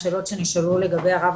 לגבי הרב